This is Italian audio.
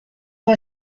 tua